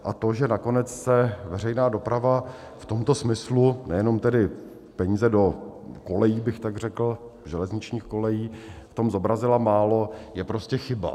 A to, že nakonec se veřejná doprava v tomto smyslu, nejenom tedy peníze do kolejí bych tak řekl, železničních kolejí, v tom zobrazila málo, je prostě chyba.